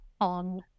on